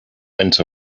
went